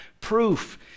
proof